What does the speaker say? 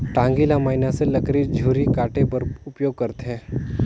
टागी ल मइनसे लकरी झूरी काटे बर उपियोग करथे